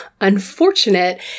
unfortunate